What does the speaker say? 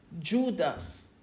Judas